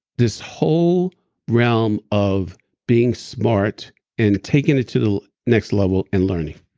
this whole realm of being smart and taking it to the next level and learning